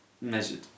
measured